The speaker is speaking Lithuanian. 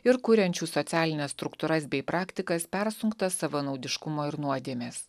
ir kuriančių socialines struktūras bei praktikas persunktas savanaudiškumo ir nuodėmės